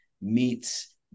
meets